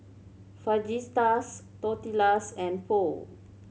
Fajitas Tortillas and Pho